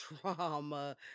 trauma